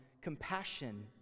compassion